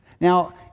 Now